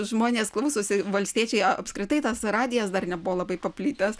žmonės klausosi valstiečiai apskritai tas radijas dar nebuvo labai paplitęs